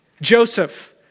Joseph